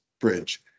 bridge